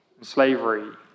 Slavery